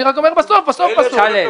בסדר.